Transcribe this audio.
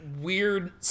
weird